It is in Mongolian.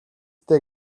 дээ